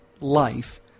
life